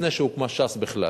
לפני שהוקמה ש"ס בכלל,